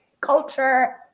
culture